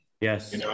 yes